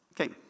Okay